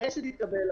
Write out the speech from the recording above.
אפשר עוד לא להצביע?